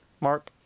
Mark